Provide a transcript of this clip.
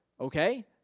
Okay